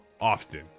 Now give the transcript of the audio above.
often